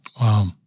Wow